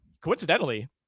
coincidentally